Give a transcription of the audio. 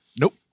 Nope